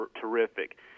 terrific